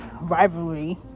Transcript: rivalry